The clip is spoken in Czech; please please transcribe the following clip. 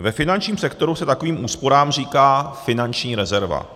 Ve finančním sektoru se takovým úsporám říká finanční rezerva.